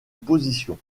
position